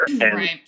Right